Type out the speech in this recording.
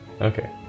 Okay